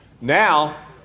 Now